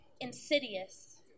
insidious